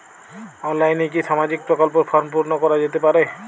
অনলাইনে কি সামাজিক প্রকল্পর ফর্ম পূর্ন করা যেতে পারে?